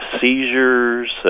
seizures